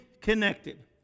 connected